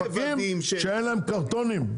שאין להם קרטונים.